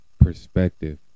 perspective